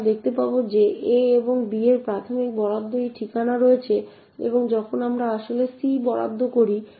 আমরা দেখতে পাব যে a এবং b এর প্রাথমিক বরাদ্দ এই ঠিকানায় রয়েছে এবং যখন আমরা আসলে c বরাদ্দ করি